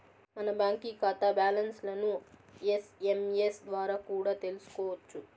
మన బాంకీ కాతా బ్యాలన్స్లను ఎస్.ఎమ్.ఎస్ ద్వారా కూడా తెల్సుకోవచ్చు